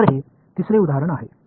இது மூன்றாவது உதாரணம் ஆகும்